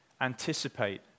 anticipate